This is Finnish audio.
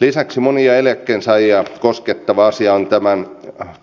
lisäksi monia eläkkeensaajia koskettavat